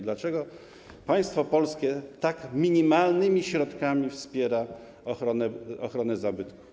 Dlaczego państwo polskie tak minimalnymi środkami wspiera ochronę zabytków?